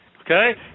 Okay